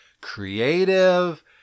creative